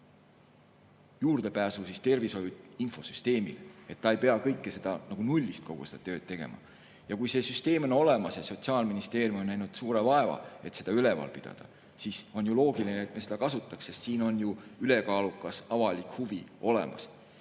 juurdepääsu tervise infosüsteemile. Ta ei pea kõike seda tööd nagu nullist tegema. Kui see süsteem on olemas ja Sotsiaalministeerium on näinud palju vaeva, et seda üleval pidada, siis on ju loogiline, et me seda kasutaks. Siin on ju ülekaalukas avalik huvi olemas.